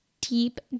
deep